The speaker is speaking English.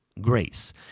grace